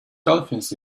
dolphins